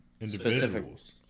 individuals